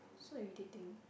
so irritating